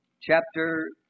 chapter